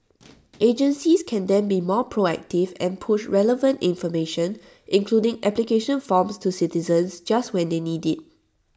agencies can then be more proactive and push relevant information including application forms to citizens just when they need IT